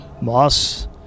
moss